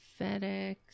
FedEx